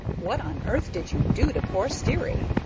what on earth did you do to poor sterry?